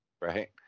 Right